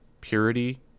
Purity